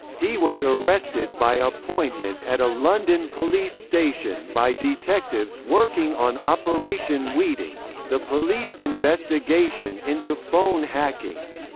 he was arrested by appointment at a london police station by detectives working on operation weeting, the police investigation into phone hacking.